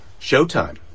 showtime